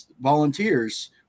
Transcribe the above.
volunteers